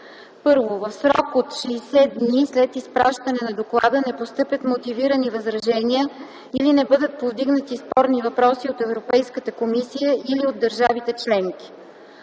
1. в срок от 60 дни след изпращане на доклада не постъпят мотивирани възражения или не бъдат повдигнати спорни въпроси от Европейската комисия или от държавите членки;